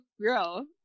girl